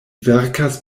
verkas